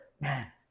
man